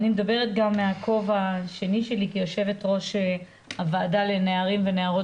אני מדברת גם מהכובע השני שלי כיו"ר הוועדה לנערים ונערות